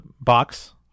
box